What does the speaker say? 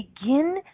begin